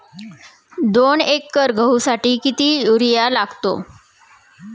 दोन एकर गहूसाठी किती युरिया लागतो?